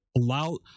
allow